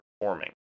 performing